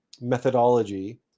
methodology